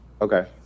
Okay